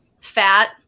fat